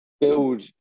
build